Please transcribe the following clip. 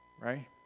right